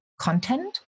content